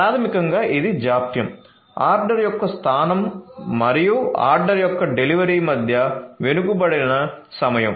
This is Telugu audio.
ప్రాథమికంగా ఇది జాప్యం ఆర్డర్ యొక్క స్థానం మరియు ఆర్డర్ యొక్క డెలివరీ మధ్య వెనుకబడిన సమయం